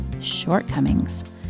shortcomings